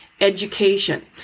education